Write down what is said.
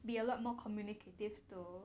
be a lot more communicative to